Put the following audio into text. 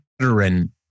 veteran